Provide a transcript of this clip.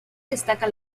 destaca